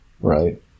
right